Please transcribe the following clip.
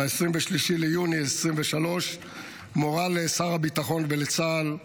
ב-23 ביוני 2023 היא מורה לשר הביטחון ולצה"ל בהחלטה,